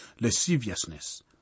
lasciviousness